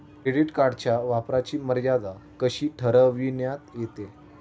Credit कार्डच्या वापराची मर्यादा कशी ठरविण्यात येते?